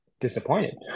disappointed